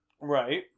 Right